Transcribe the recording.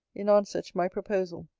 in answer to my proposal.